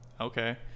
okay